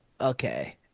Okay